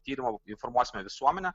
tyrimo informuosime visuomenę